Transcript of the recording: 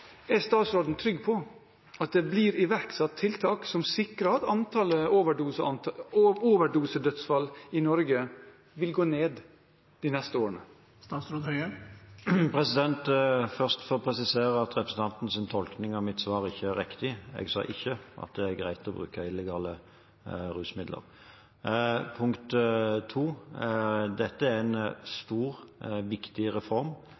at det blir iverksatt tiltak som sikrer at antallet overdosedødsfall i Norge vil gå ned de neste årene? Jeg må først få presisere at representantens tolkning av mitt svar ikke er riktig. Jeg sa ikke at det er greit å bruke illegale rusmidler. Dette er en stor, viktig reform